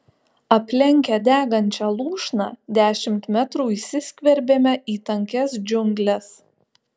aplenkę degančią lūšną dešimt metrų įsiskverbėme į tankias džiungles